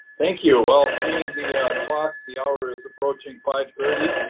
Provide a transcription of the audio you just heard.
thank you, well, seeing the clock the hour is approaching five thirty.